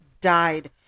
died